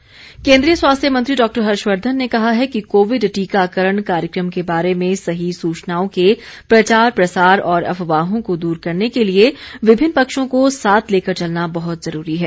हर्षवर्धन केन्द्रीय स्वास्थ्य मंत्री डॉक्टर हर्षवर्धन ने कहा है कि कोविड टीकाकरण कार्यक्रम के बारे में सही सूचनाओं के प्रचार प्रसार और अफवाहों को दूर करने के लिए विमिन्न पक्षों को साथ लेकर चलना बहत जरूरी है